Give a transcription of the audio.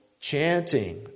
chanting